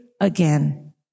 again